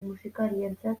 musikarientzat